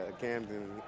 Camden